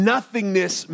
Nothingness